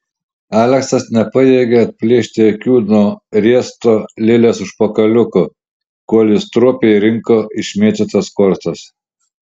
aleksas nepajėgė atplėšti akių nuo riesto lilės užpakaliuko kol ji stropiai rinko išmėtytas kortas